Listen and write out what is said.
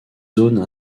zones